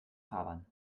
fahrbahn